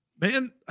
Man